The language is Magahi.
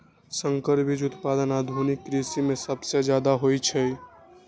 संकर बीज उत्पादन आधुनिक कृषि में सबसे जादे होई छई